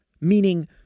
meaning